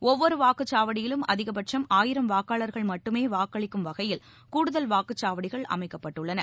ஒவ்வொருவாக்குச்சாவடியிலும் அதிகபட்சம் ஆயிரம் வாக்காளர்கள் மட்டுமேவாக்களிக்கும் வகையில் கூடுதல் வாக்குச்சாவடிகள் அமைக்கப்பட்டுள்ளன